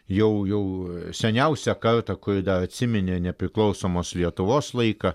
jau jau seniausią kartą kuri dar atsiminė nepriklausomos lietuvos laiką